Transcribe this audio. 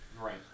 Right